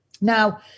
Now